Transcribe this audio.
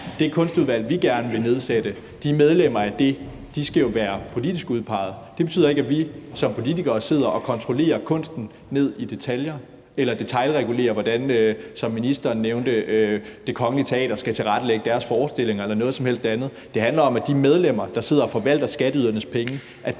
det kunstudvalg, vi gerne vil nedsætte, skal jo være politisk udpegede. Det betyder ikke, at vi som politikere sidder og kontrollerer kunsten ned i detaljer eller, som ministeren nævnte, detailregulerer, hvordan Det Kongelige Teater skal tilrettelægge deres forestillinger, eller noget som helst andet. Det handler om, at de medlemmer, der sidder og forvalter skatteydernes penge,